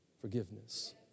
forgiveness